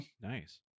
Nice